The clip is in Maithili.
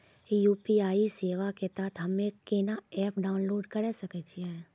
यु.पी.आई सेवा के तहत हम्मे केना एप्प डाउनलोड करे सकय छियै?